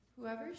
Whoever